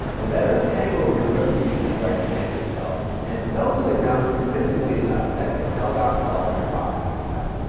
the veteran tangled with rookie houston guard sam cassell and fell to the ground convincingly enough that cassell got called for an offensive foul.